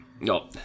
no